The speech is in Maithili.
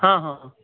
हँ हँ